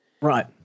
Right